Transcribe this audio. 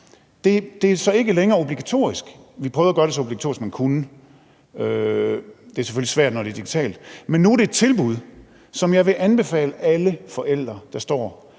Det er så ikke længere obligatorisk. Vi prøvede at gøre det så obligatorisk, man kunne. Det er selvfølgelig svært, når det er digitalt. Men nu er det et tilbud, som jeg vil anbefale alle forældre, der står